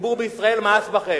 הציבור בישראל מאס בכם.